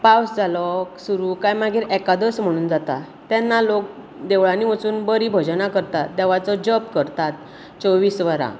पावस जालो सुरु काय मागीर एकादस म्हणून जाता तेन्ना लोक देवळांनी वचून बरी भजनां करतात देवाचो जप करतात चोव्वीस वरां